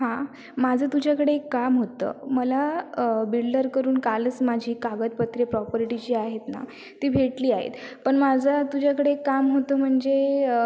हां माझं तुझ्याकडे एक काम होतं मला बिल्डर कडून कालच माझी कागदपत्रे प्रापर्टीची आहेत ना ती भेटली आहेत पण माझं तुझ्याकडे एक काम होतं म्हणजे